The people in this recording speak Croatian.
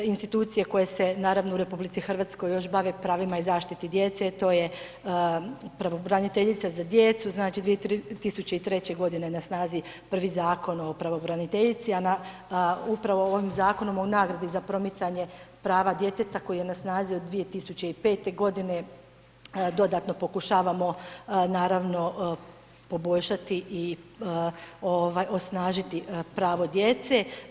Institucije koje se naravno u RH još bave pravima i zaštitom djece, to je pravobraniteljica za djecu, znači 2003. g. na snazi prvi Zakon o pravobraniteljici a upravo ovim zakonom o nagradi za promicanje prava djeteta koji je na snazi od 2005. g., dodatno pokušavamo naravno poboljšati i osnažiti pravo djece.